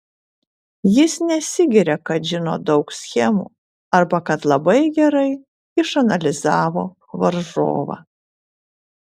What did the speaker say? jis nesigiria kad žino daug schemų arba kad labai gerai išanalizavo varžovą